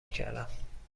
کردم